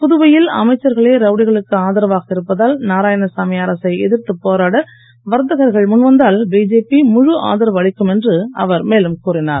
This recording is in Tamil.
புதுவையில் அமைச்சர்களே ரவுடிகளுக்கு ஆதரவாக இருப்பதால் நாராயணசாமி அரசை எதிர்த்துப் போராட வர்த்தகர்கள் முன்வந்தால் பிஜேபி முழு ஆதரவு அளிக்கும் என்று அவர் மேலும் கூறினார்